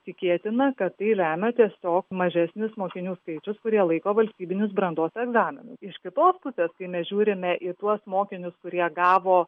tikėtina kad tai lemia tiesiog mažesnis mokinių skaičius kurie laiko valstybinius brandos egzaminus iš kitos pusės kai mes žiūrime į tuos mokinius kurie gavo